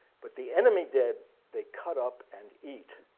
but the enemy dead they cut up and eat.